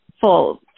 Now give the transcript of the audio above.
full